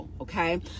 okay